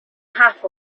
half